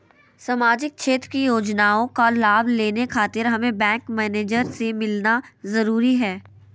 सामाजिक क्षेत्र की योजनाओं का लाभ लेने खातिर हमें बैंक मैनेजर से मिलना जरूरी है?